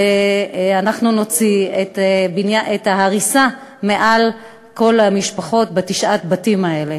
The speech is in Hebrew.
ואנחנו נוציא את איום ההריסה מעל כל המשפחות בתשעת הבתים האלה.